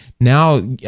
now